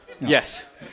yes